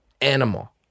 Animal